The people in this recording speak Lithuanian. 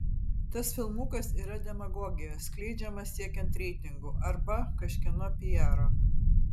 tas filmukas yra demagogija skleidžiama siekiant reitingų arba kažkieno pijaro